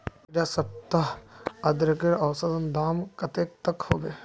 इडा सप्ताह अदरकेर औसतन दाम कतेक तक होबे?